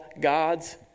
God's